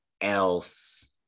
else